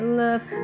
love